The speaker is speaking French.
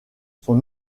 son